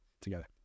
together